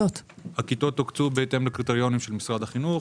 הכיתות הוקצו בהתאם לקריטריונים של משרד החינוך,